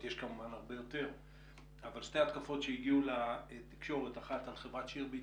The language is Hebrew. הראשונה על חברת שירביט